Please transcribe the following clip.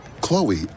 Chloe